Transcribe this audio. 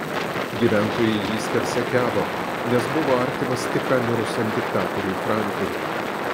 gyventojai į jį skersakiavo nes buvo artimas tik ką mirusiam diktatoriui frankui